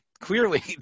clearly